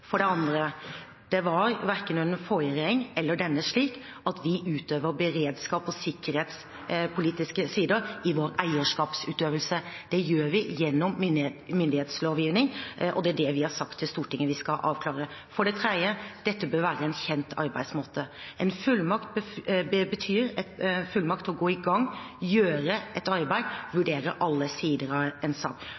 For det andre: Det har verken under den forrige regjeringen eller denne vært slik at vi utøver beredskaps- og sikkerhetspolitikk gjennom vår eierskapsutøvelse. Det gjør vi gjennom myndighetslovgivning, og det er det vi har sagt til Stortinget at vi skal avklare. For det tredje: Dette bør være en kjent arbeidsmåte. En fullmakt betyr fullmakt til å gå i gang med å gjøre et arbeid og vurdere alle sider av en sak,